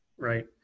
Right